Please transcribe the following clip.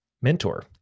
mentor